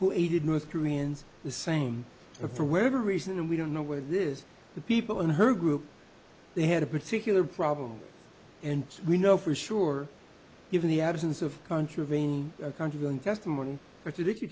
who aided north koreans the same for wherever reason and we don't know where this the people in her group they had a particular problem and we know for sure given the absence of contravening country